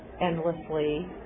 endlessly